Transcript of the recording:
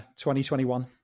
2021